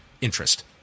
interest